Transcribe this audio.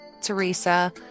Teresa